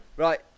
Right